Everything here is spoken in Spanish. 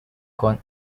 con